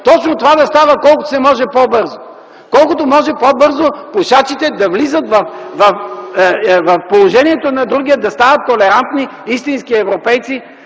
искам това да става колкото се може по-бързо, колкото се може по-бързо пушачите да влизат в положението на другия, да станат толерантни и истински европейци!